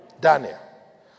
Daniel